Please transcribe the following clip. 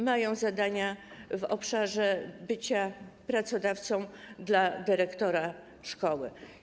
Mają zadania w obszarze bycia pracodawcą dla dyrektora szkoły.